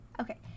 Okay